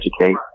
educate